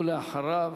ולאחריו,